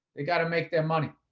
they gotta make their money.